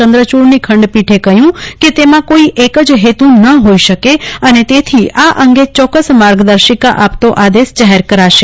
ચંદ્રચૂડની બેન્ચે કહ્યું કે તેમાં કોઈ એક જ હેતુ ન હોઈ શકે અને તેથી આ અંગે ચોક્કસ માર્ગદર્શિકા આપતો આદેશ જાહેર કરશે